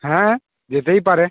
হ্যাঁ যেতেই পারে